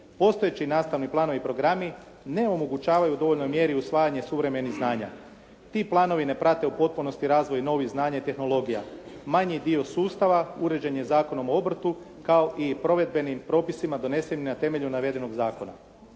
Postojeći nastavni planovi i programi ne omogućavaju u dovoljnoj mjeri usvajanje suvremenih znanja. Ti planovi ne prate u potpunosti razvoj novih znanja i tehnologija. Manji dio sustava uređen je Zakonom o obrtu kao i provedbenim propisima donesenim na temelju navedenog zakona.